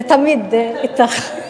זה תמיד קורה אתךְ.